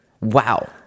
Wow